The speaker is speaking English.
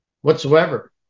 whatsoever